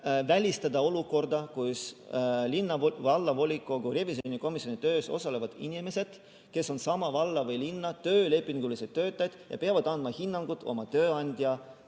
välistada olukorda, kus linna- või vallavolikogu revisjonikomisjoni töös osalevad inimesed, kes on sama valla või linna töölepingulised töötajad ja peavad andma hinnangut oma tööandja